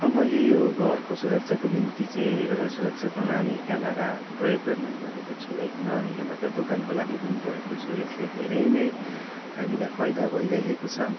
मैले यो घरको सुरक्षाको निम्ति चाहिँ एउटा सुरक्षा प्रणाली क्यामेरा प्रयोग गर्नु गरेको छु है दोकानको लागि पनि गरेको छु यसले धेरै नै हामीलाई फाइदा भइरहेको छ